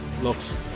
looks